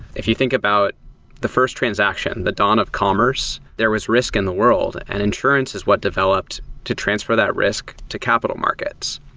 if you think about the first transaction, the dawn of commerce, there was risk in the world, and insurance is what developed to transfer that risk to capital markets.